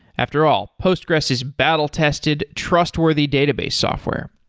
after all, postgressql is battle-tested, trustworthy database software